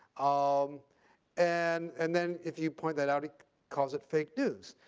um and and then if you point that out he calls it fake news.